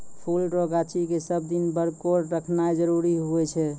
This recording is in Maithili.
फुल रो गाछी के सब दिन बरकोर रखनाय जरूरी हुवै छै